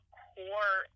core